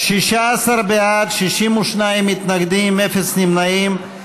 16 בעד, 62 מתנגדים, אין נמנעים.